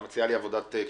ואת מציעה לי עבודת שיפוצים,